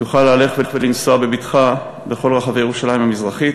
יוכל ללכת ולנסוע בבטחה בכל רחבי ירושלים המזרחית.